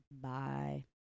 Bye